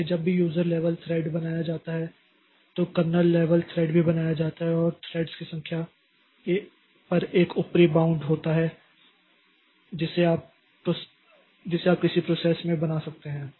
इसलिए जब भी यूजर लेवल थ्रेड बनाया जाता है तो कर्नेल लेवल थ्रेड भी बनाया जाता है और थ्रेड्स की संख्या पर एक ऊपरी बाउंड होता है जिसे आप किसी प्रोसेस में बना सकते हैं